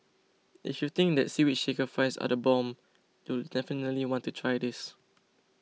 if you think that Seaweed Shaker Fries are the bomb you'll definitely want to try this